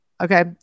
Okay